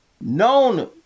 known